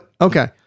okay